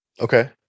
Okay